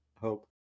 hope